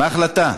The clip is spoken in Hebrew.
מה ההחלטה?